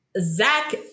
zach